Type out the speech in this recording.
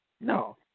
No